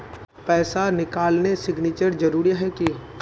पैसा निकालने सिग्नेचर जरुरी है की?